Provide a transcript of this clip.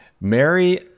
Mary